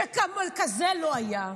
שכזה לא היה.